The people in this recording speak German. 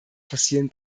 fossilen